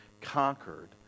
conquered